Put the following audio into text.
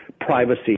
privacy